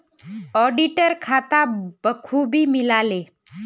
auditor खाता बखूबी मिला ले